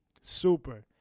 super